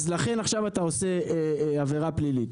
אז לכן עכשיו אתה עושה עבירה פלילית.